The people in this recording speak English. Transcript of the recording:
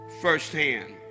firsthand